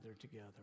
together